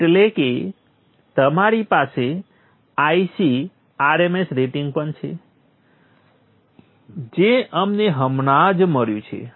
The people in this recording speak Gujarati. એટલે કે તમારી પાસે Ic rms રેટિંગ પણ છે જે અમને હમણાં જ મળ્યું છે